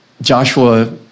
Joshua